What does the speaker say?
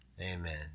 Amen